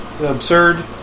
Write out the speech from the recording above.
absurd